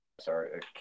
Sorry